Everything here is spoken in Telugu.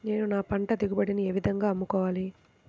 నేను నా పంట దిగుబడిని ఏ విధంగా అమ్ముకోవాలి?